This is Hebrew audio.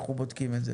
אנחנו בודקים את זה.